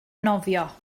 nofio